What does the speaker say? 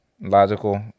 Logical